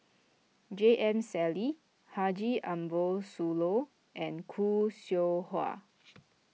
J M Sali Haji Ambo Sooloh and Khoo Seow Hwa